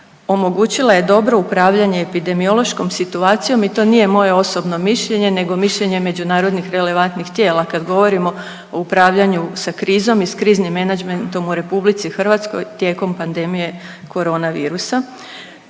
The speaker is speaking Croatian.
omogućila je dobro upravljanje epidemiološkom situacijom i to nije moje osobno mišljenje nego mišljenje međunarodnih relevantnih tijela kad govorimo o upravljanju sa krizom i s kriznim menadžmentom u Republici Hrvatskoj tijekom pandemije corona virusa.